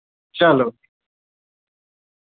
चलो